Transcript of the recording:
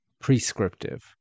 prescriptive